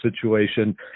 situation